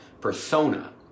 persona